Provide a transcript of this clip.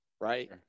right